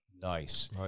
Nice